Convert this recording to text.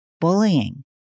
bullying